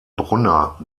brunner